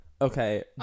Okay